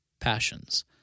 passions